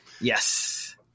Yes